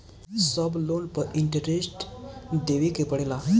सब लोन पर इन्टरेस्ट देवे के पड़ेला?